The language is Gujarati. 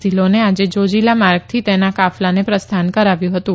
ધિલોને આજે જાજીલા માર્ગથી તેના કાફલાને પ્રસ્થાન કરાવ્યું હતું